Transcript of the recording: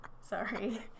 Sorry